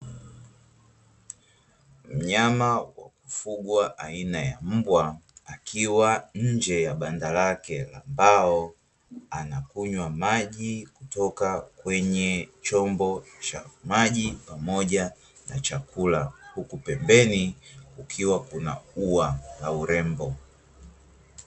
Mnyama wa kufugwa aina ya mbwa akiwa nje ya banda lake la mbao, anakunywa maji kutoka kwenye chombo cha maji pamoja na chakula, huku pembeni kukiwa kuna ua la urembo.